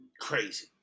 crazy